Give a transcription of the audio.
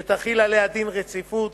שתחיל עליה דין רציפות,